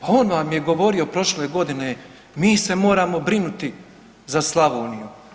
Pa on vam je govorio prošle godine mi se moramo brinuti za Slavoniju.